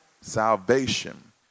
salvation